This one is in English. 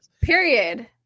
Period